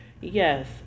yes